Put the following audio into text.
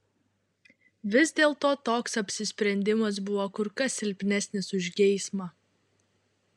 vis dėlto toks apsisprendimas buvo kur kas silpnesnis už geismą